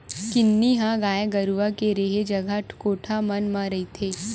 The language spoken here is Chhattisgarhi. किन्नी ह गाय गरुवा के रेहे जगा कोठा मन म रहिथे